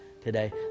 today